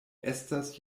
estas